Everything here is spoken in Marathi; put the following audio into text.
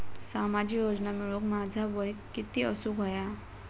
सामाजिक योजना मिळवूक माझा वय किती असूक व्हया?